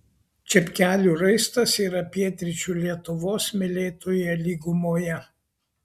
čepkelių raistas yra pietryčių lietuvos smėlėtoje lygumoje